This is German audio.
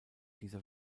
dieser